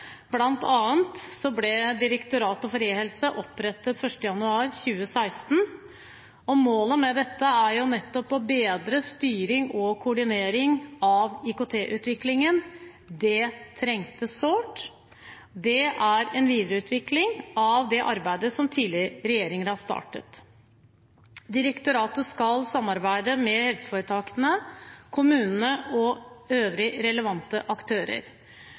ble Direktoratet for e-helse opprettet den 1. januar 2016. Målet med dette er nettopp å bedre styring og koordinering av IKT-utviklingen – det trengtes sårt. Det er en videreutvikling av det arbeidet som tidligere regjeringer har startet. Direktoratet skal samarbeide med helseforetakene, kommunene og øvrige relevante aktører.